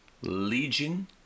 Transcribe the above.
Legion